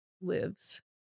lives